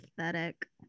aesthetic